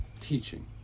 teaching